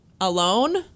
Alone